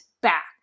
back